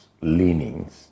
leanings